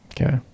okay